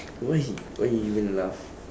why he why he are you going to laugh